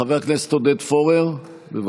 חבר הכנסת עודד פורר, בבקשה.